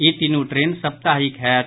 ई तीनू ट्रेन साप्ताहिक होयत